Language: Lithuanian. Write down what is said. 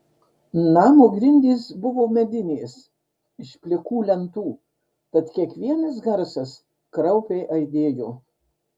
namo grindys buvo medinės iš plikų lentų tad kiekvienas garsas kraupiai aidėjo